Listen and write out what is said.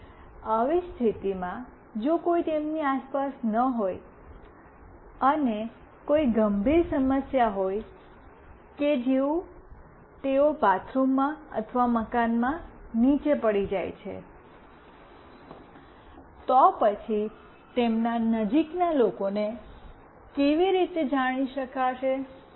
અને આવી સ્થિતિમાં જો કોઈ તેમની આસપાસ ન હોય અને કોઈ ગંભીર સમસ્યા હોય કે જેવું તેઓ બાથરૂમમાં અથવા મકાનમાં નીચે પડી જાય છે તો પછી તેમના નજીકના લોકો કેવી રીતે જાણી શકશે